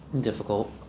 difficult